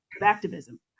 activism